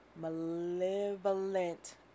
malevolent